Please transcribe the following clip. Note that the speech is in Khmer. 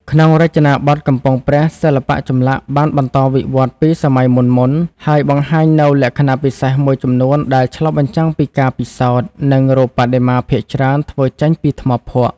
ក្នុងរចនាបថកំពង់ព្រះ សិល្បៈចម្លាក់បានបន្តវិវត្តន៍ពីសម័យមុនៗ ហើយបង្ហាញនូវលក្ខណៈពិសេសមួយចំនួនដែលឆ្លុះបញ្ចាំងពីការពិសោធន៍ និងរូបបដិមាភាគច្រើនធ្វើចេញពីថ្មភក់។។